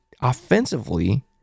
offensively